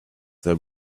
they